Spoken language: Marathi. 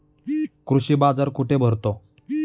कृषी बाजार कुठे भरतो?